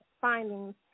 findings